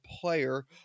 player